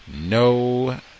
No